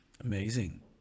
amazing